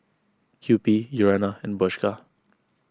Kewpie Urana and Bershka